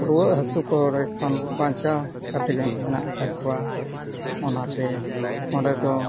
ᱨᱩᱣᱟᱹᱜ ᱦᱟᱹᱥᱩ ᱠᱚᱨᱮ ᱠᱷᱚᱱ ᱵᱟᱧᱪᱟᱣ ᱠᱟᱛᱮᱫ ᱜᱮ ᱢᱮᱱᱟᱜ ᱟᱠᱟᱫ ᱠᱚᱣᱟ ᱚᱱᱟᱛᱮ ᱚᱸᱰᱮ ᱫᱚ